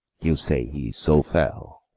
you say he is so fell.